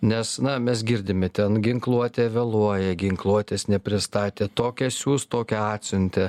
nes na mes girdime ten ginkluotė vėluoja ginkluotės nepristatė tokią siųs tokią atsiuntė